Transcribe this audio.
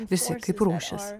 visi kaip rūšis